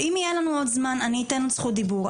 אם יהיה לנו עוד זמן אני אתן זכות דיבור,